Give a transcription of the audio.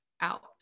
out